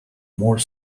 more